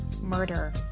Murder